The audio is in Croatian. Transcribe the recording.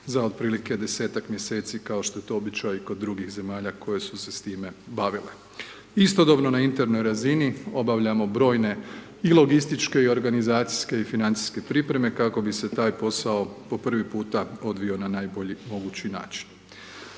za otprilike 10-ak mjeseci kao što je to običaj kod drugih zemalja koje su se s time bavile. Istodobno na internoj razini obavljamo brojne i logističke i organizacijske i financijske pripreme, kako bi se taj posao po prvi puta odvio na najbolji mogući način.